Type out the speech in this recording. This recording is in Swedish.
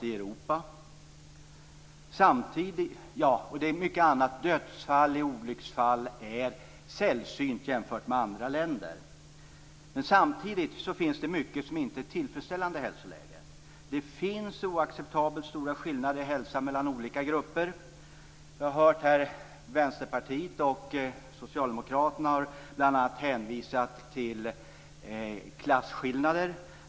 Vi är, tro det eller inte, smalast i Europa. Men det finns mycket som inte är tillfredsställande i hälsoläget. Det finns oacceptabelt stora skillnader i hälsa mellan olika grupper. Vi har hört Vänsterpartiet och Socialdemokraterna, som bl.a. har hänvisat till klassskillnader.